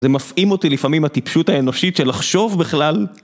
זה מפעים אותי לפעמים הטיפשות האנושית של לחשוב בכלל.